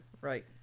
Right